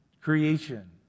creation